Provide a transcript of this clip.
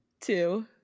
two